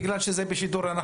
בגלל שזה בשידור אנחנו ככה.